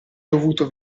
dovuto